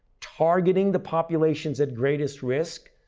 targeting the populations at greatest risk,